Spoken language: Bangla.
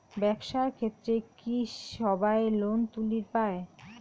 ব্যবসার ক্ষেত্রে কি সবায় লোন তুলির পায়?